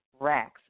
racks